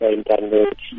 Internet